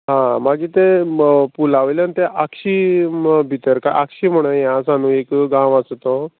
आं मागीर ते पुला वयल्यान ते आक्षी भितर काय आक्षी म्हण हें आसा न्हू एक गांव आसा तो